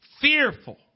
fearful